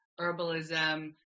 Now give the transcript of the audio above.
herbalism